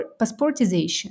passportization